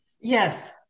Yes